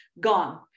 gone